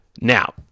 Now